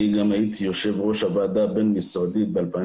אני גם הייתי יושב ראש הוועדה הבין משרדית באלפיים